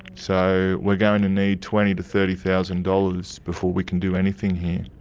so we're going to need twenty to thirty thousand dollars before we can do anything here.